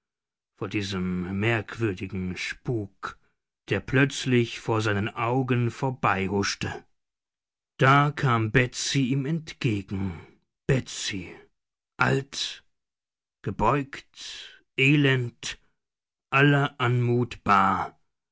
vor diesem merkwürdigen spuk der plötzlich vor seinen augen vorbeihuschte da kam betsy ihm entgegen betsy alt gebeugt elend aller anmut bar